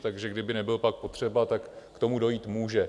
Takže kdyby nebyl pak potřeba, tak k tomu dojít může.